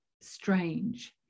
strange